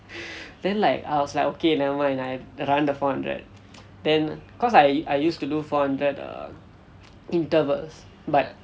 then like I was like okay never mind I run the four hundred then cause I I used to do four hundred err intervals but